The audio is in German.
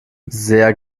sehr